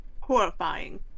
Horrifying